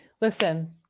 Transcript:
Listen